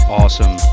awesome